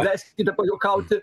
leiskite pajuokauti